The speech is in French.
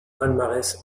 palmarès